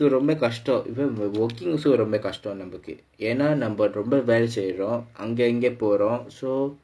so ரொம்ப கஷ்டம்:romba kashtam so working also ரொம்ப கஷ்டம் நமக்கு ஏன்னா நம்ம ரொம்ப வேலை செய்ரோம் அங்க இங்க போறோம்:romba kashtam nammakku yaennaa namma romba velai seirom anga inga porom so